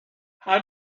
how